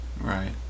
Right